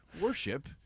worship